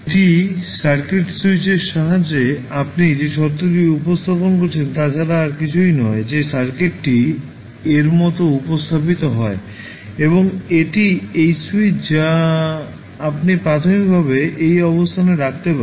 এটি সার্কিটের স্যুইচ সাহায্যে আপনি যে শর্তটি উপস্থাপন করেন তা ছাড়া আর কিছুই নয় যে সার্কিটটি এর মতো উপস্থাপিত হয় এবং এটি এই স্যুইচ যা আপনি প্রাথমিকভাবে এই অবস্থানে রাখতে পারেন